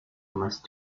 must